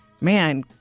man